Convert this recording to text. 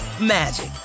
magic